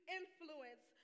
influence